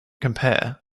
compare